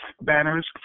banners